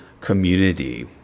community